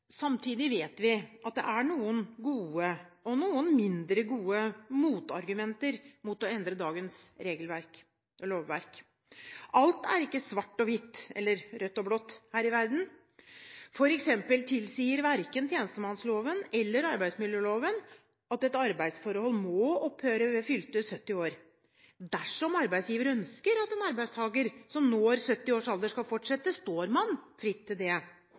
Samtidig vet vi at det er noen gode og noen mindre gode motargumenter mot å endre dagens lovverk. Alt er ikke svart-hvitt eller rødt-blått her i verden. For eksempel tilsier verken tjenestemannsloven eller arbeidsmiljøloven at et arbeidsforhold må opphøre ved fylte 70 år. Dersom arbeidsgivere ønsker at en arbeidstaker som når 70 år, skal fortsette, står de fritt til det.